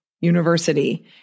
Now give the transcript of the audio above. university